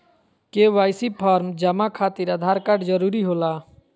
KYC form जमा खातिर Aadhaar card जरूरी होला?